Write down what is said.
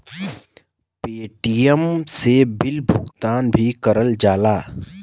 Paytm से bill भुगतान भी करल जाला